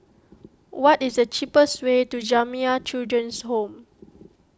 what is the cheapest way to Jamiyah Children's Home